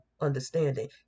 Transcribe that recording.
understanding